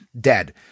dead